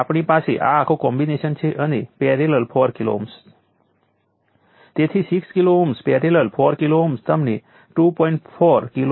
બીજી રીતે પણ શક્ય છે ચાલો કલ્પના કરીએ કે વોલ્ટેજ તે કરે છે જ્યાં વોલ્ટેજ પોઝિટિવ હોય છે પરંતુ તેનો ટાઈમ ડેરિવેટિવ નેગેટિવ હોય છે